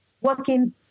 working